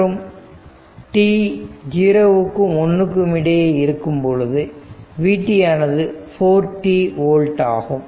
மற்றும் t 0 க்கும் 1 க்கும் இடையே இருக்கும் பொழுது vt ஆனது 4t ஓல்ட் ஆகும்